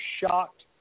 shocked